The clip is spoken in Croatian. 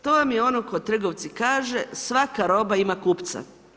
To vam je ono kad trgovci kažu svaka roba ima kupaca.